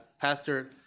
Pastor